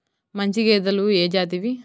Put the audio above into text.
మంచి గేదెలు ఏ జాతివి?